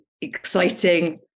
exciting